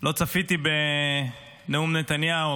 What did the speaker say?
לא צפיתי בנאום נתניהו,